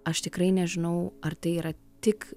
aš tikrai nežinau ar tai yra tik